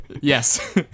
Yes